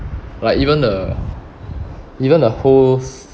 like even the even the holes